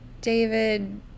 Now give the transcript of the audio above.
David